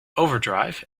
overdrive